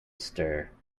stir